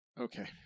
Okay